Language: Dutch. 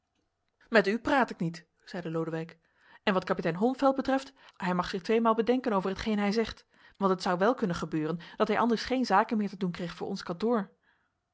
met u praat ik niet zeide lodewijk en wat kapitein holmfeld betreft hij mag zich tweemaal bedenken over hetgeen hij zegt want het zou wel kunnen gebeuren dat hij anders geen zaken meer te doen kreeg voor ons kantoor